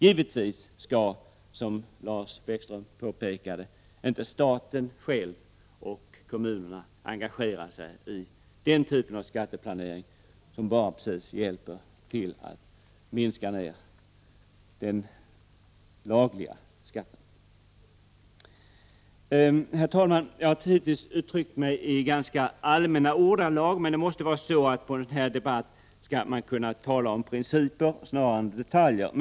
Givetvis skall, som Lars Bäckström påpekade, inte staten själv och kommunerna engagera sig i den typen av skatteplanering som bara hjälper till att minska den lagliga skatten. Herr talman! Jag har hittills uttryckt mig i ganska allmänna ordalag, men det måste vara så att man i den här debatten skall kunna tala om principer snarare än om detaljer.